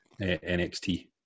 NXT